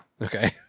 Okay